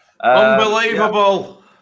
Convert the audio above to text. Unbelievable